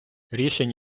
рішень